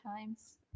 times